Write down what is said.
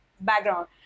background